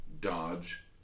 dodge